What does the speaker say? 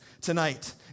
tonight